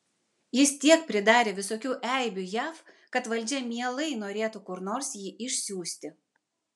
jis tiek pridarė visokių eibių jav kad valdžia mielai norėtų kur nors jį išsiųsti